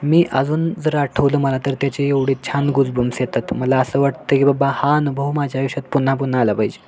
मी अजून जर आठवलं मला तर त्याचे एवढी छान गुजबम्स येतात मला असं वाटतं की बाबा हा अनुभव माझ्या आयुष्यात पुन्हा पुन्हा आला पाहिजे